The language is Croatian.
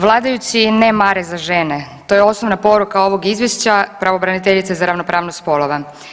Vladajući ne mare za žene, to je osnovna poruka ovog izvješća pravobraniteljice za ravnopravnost spolova.